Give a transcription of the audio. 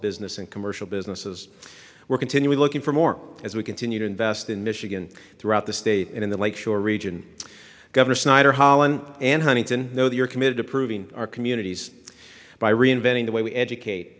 business and commercial businesses we're continually looking for more as we continue to invest in michigan throughout the state and in the lakeshore region governor snyder holland and huntington though they are committed to proving our communities by reinventing the way we educate